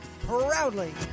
proudly